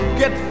get